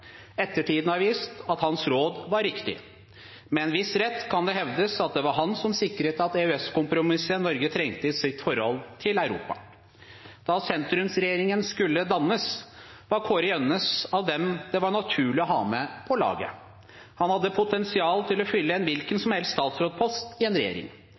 Ettertiden har vist at hans råd var det riktige. Med en viss rett kan det hevdes at det var han som sikret at EØS ble det kompromisset Norge trengte i sitt forhold til Europa. Da sentrumsregjeringen skulle dannes, var Kåre Gjønnes en av dem det var naturlig å ha med på laget. Han hadde potensial til å fylle en hvilken som helst statsrådspost i en regjering.